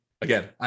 again